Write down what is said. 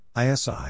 ISI